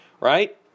Right